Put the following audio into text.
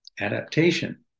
Adaptation